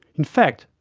in fact,